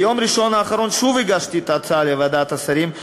ביום ראשון האחרון שוב הגשתי את ההצעה לוועדת השרים,